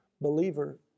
believer